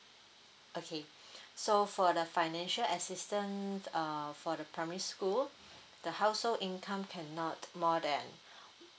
okay so for the financial assistance uh for the primary school the household income cannot more than